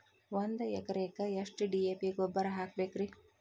ಒಂದು ಎಕರೆಕ್ಕ ಎಷ್ಟ ಡಿ.ಎ.ಪಿ ಗೊಬ್ಬರ ಹಾಕಬೇಕ್ರಿ?